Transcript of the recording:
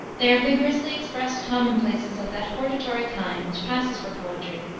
they are vigorously expressed commonplaces of that hortatory kind which passes for poetry,